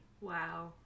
Wow